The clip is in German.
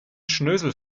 schnösel